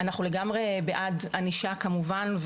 אנחנו לגמרי בעד ענישה כמובן,